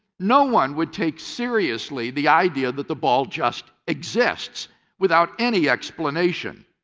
no one would take seriously the idea that the ball just exists without any explanation.